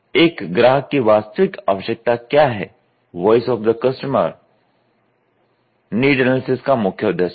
एक ग्राहक की वास्तविक आवश्यकता क्या है voice of the customer need analysis का मुख्य उद्देश्य है